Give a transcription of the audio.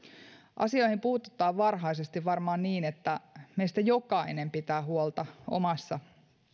asioihin puututaan varhaisesti varmaan niin että meistä jokainen pitää huolta omassa